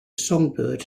songbird